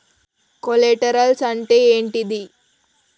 Collaterals అంటే ఏంటిది?